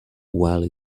while